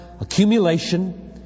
accumulation